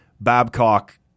Babcock